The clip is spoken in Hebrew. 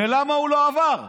ולמה הוא לא עבר?